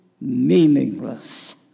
meaningless